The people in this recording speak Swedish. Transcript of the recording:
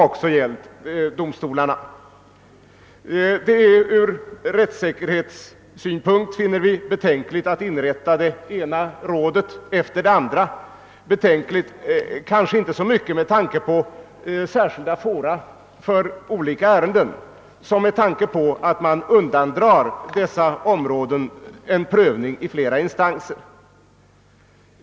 Enligt vår mening är det ur rättssäkerhetssynpunkt betänkligt att inrätta det ena rådet efter det andra, kanske inte så mycket med tanke på att det skapas särskilda fora för olika ärenden som med tanke på att man undandrar dessa områden en prövning i flera instanser.